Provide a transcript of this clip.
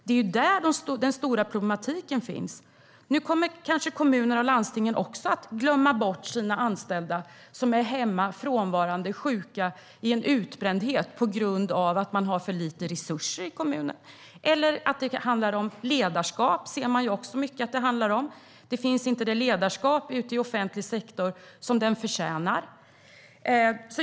Det är där de stora problemen finns. Nu kommer kommunerna och landstingen också att glömma bort de anställda som är hemma, frånvarande och sjuka i utbrändhet på grund av att det finns för lite resurser i kommunerna. Det handlar mycket om ledarskap. Den offentliga sektorn har inte det ledarskap som den förtjänar.